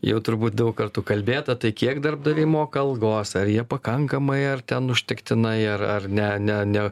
jau turbūt daug kartų kalbėta tai kiek darbdaviai moka algos ar jie pakankamai ar ten užtektinai ar ar ne ne ne